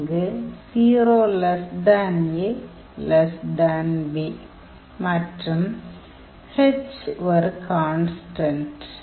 இங்கு 0ab மற்றும் h ஒரு கான்ஸ்டன்ட்